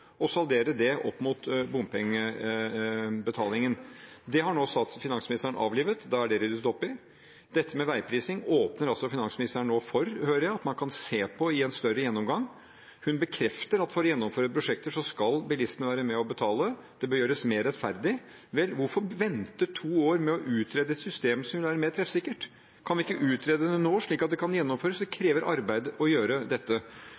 saldere det opp mot bompengebetalingen. Det har finansministeren nå avlivet – da er det ryddet opp i. Dette med veiprising åpner finansministeren – hører jeg – nå for at man kan se på i en større gjennomgang. Hun bekrefter at for å gjennomføre prosjekter skal bilistene være med og betale. Det bør gjøres mer rettferdig. Vel, hvorfor vente to år med å utrede et system som vil være mer treffsikkert? Kan vi ikke utrede det nå, slik at det kan gjennomføres? Det krever arbeid å gjøre dette.